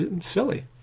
silly